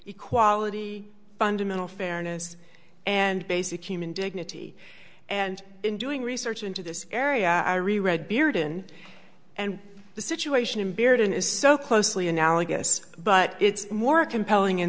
equality fundamental fairness and basic human dignity and in doing research into this area i re read bearden and the situation in barrett is so closely analogous but it's more compelling in